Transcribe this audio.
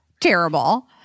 terrible